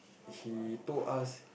he told us